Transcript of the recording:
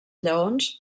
lleons